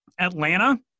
Atlanta